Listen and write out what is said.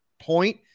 point